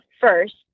first